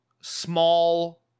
small